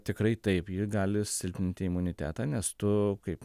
tikrai taip ji gali silpninti imunitetą nes tu kaip